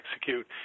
execute